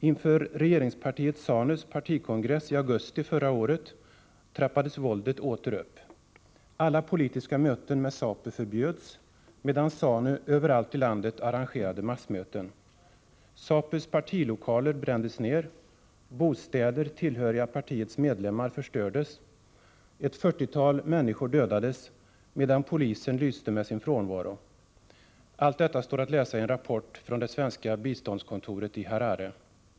Inför regeringspartiet ZANU:s partikongress i augusti förra året trappades våldet åter upp. Alla politiska möten med ZAPU förbjöds, medan ZANU överallt i landet arrangerade massmöten. ZAPU:s partilokaler brändes ned, och bostäder tillhöriga partiets medlemmar förstördes. Ett fyrtiotal människor dödades, medan polisen lyste med sin frånvaro. Allt detta står att läsa i en rapport från det svenska biståndskontoret i Harare.